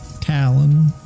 Talon